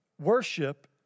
Worship